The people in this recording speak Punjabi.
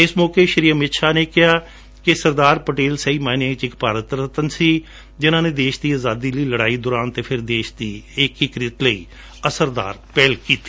ਇਸ ਮੌਕੇ ਸ਼ੀ ਅਮਿਤ ਸ਼ਾਹ ਨੇ ਕਿਹਾ ਕਿ ਸਰਦਾਰ ਪਟੇਲ ਸਹੀ ਮਾਇਨਿਆਂ ਵਿਚ ਇਕ ਭਾਰਤ ਰਤਨ ਸੀ ਜਿਨ੍ਹਾਂ ਨੇ ਦੇਸ਼ ਦੀ ਅਜਾਦੀ ਲਈ ਲੜਾਈ ਦੌਰਾਨ ਅਤੇ ਫੇਰ ਦੇਸ਼ ਦੇ ਏਕੀਕਰਣ ਨੂੰ ਲੈਕੇ ਅਸਰਦਾਰ ਪਹਿਲ ਵੀ ਕੀਤੀ